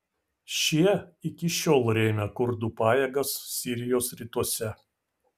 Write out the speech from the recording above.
šie iki šiol rėmė kurdų pajėgas sirijos rytuose